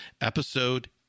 episode